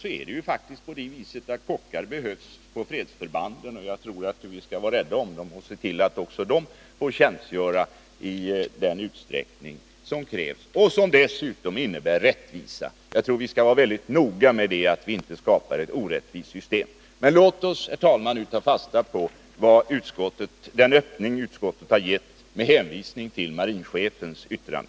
Det är faktiskt på det viset att kockar behövs på fredsförbanden. Vi skall nog vara rädda om dem och se till att också de får tjänstgöra i den utsträckning som krävs och som dessutom innebär rättvisa. Vi skall vara väldigt noga med det, så att vi inte skapar ett orättvist system. Men låt oss, herr talman, nu ta fasta på den öppning som utskottet har anvisat genom hänvisning till marinchefens yttrande.